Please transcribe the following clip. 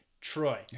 Troy